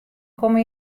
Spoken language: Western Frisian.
komme